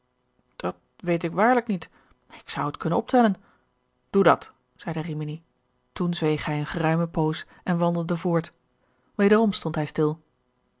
dat weet ik waarlijk niet ik zou t kunnen optellen doe dat zeide rimini toen zweeg hij een geruimen poos en wandelde voort wederom stond hij stil